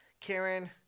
Karen